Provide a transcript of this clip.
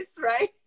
right